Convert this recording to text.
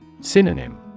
Synonym